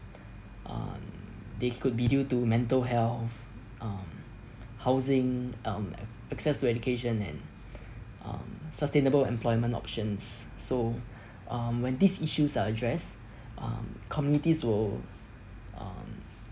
um they could be due to mental health um housing um a~ access to education and um sustainable employment options so um when these issues are addressed um communities will um